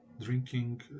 drinking